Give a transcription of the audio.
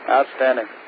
Outstanding